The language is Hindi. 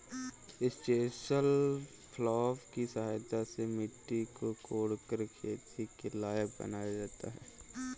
इस चेसल प्लॉफ् की सहायता से मिट्टी को कोड़कर खेती के लायक बनाया जाता है